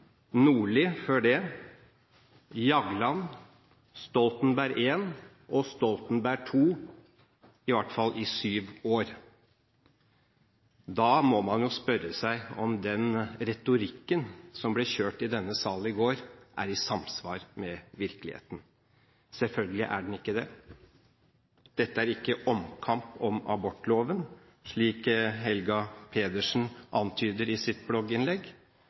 Nordli før det, Jagland, Stoltenberg I og Stoltenberg II, i hvert fall i syv år. Da må man spørre seg om den retorikken som ble kjørt i denne salen i går, er i samsvar med virkeligheten. Selvfølgelig er den ikke det. Dette er ikke omkamp om abortloven, slik Helga Pedersen antyder i sitt blogginnlegg,